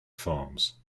farms